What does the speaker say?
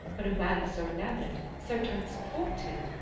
but a man so enamoured so transported!